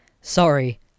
sorry